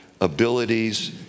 abilities